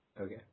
Okay